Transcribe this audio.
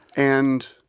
and